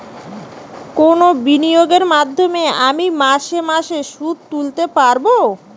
কোন বিনিয়োগের মাধ্যমে আমি মাসে মাসে সুদ তুলতে পারবো?